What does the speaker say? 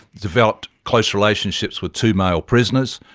developed close relationships with two male prisoners.